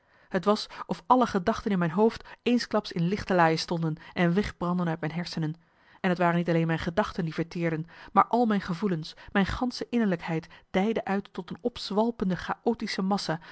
t was of alle gedachten in mijn hoofd eensklaps in lichtelaaie stonden en wegbrandden uit mijn hersenen en t waren niet alleen mijn gedachten die verteerden maar al mijn gevoelens mijn gansche innerlijkheid dijde uit tot een opzwalpende chaotische massa